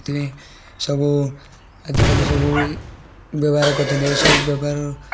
ସେଥିପାଇଁ ସବୁ ଆଜିକାଲି ସବୁ ବ୍ୟବହାର କରୁଛନ୍ତି ଏସବୁ ବ୍ୟବହାର